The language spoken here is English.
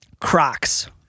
Crocs